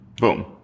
boom